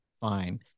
fine